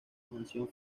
mansión